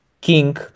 king